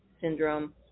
syndrome